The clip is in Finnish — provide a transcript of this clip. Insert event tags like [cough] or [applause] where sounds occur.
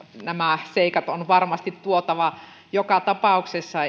nämä seikat on varmasti tuotava joka tapauksessa [unintelligible]